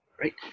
right